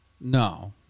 No